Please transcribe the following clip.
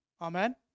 Amen